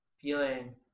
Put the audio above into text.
feeling